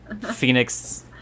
phoenix